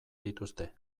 dituzte